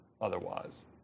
otherwise